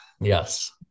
Yes